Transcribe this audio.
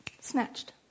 snatched